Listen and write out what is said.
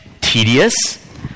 tedious